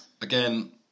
Again